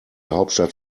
hauptstadt